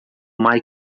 michael